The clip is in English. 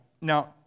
Now